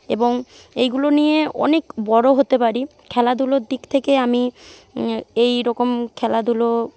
এবং এইগুলো নিয়ে অনেক বড়ো হতে পারি খেলাধুলোর দিক থেকে আমি এইরকম খেলাধুলো